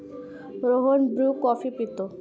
Rohan Bru coffee पितो